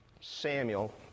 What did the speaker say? Samuel